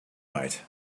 right